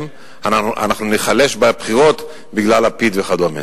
אנחנו ניחלש בבחירות בגלל לפיד וכדומה".